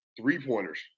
three-pointers